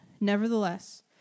Nevertheless